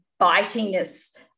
bitingness